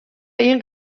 این